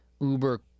uber